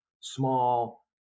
small